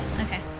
Okay